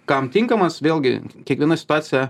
kam tinkamas vėlgi kiekviena situacija